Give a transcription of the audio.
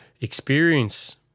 experience